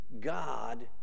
God